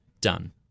done